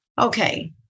Okay